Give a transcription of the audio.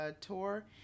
tour